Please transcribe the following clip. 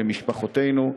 הם משפחותינו,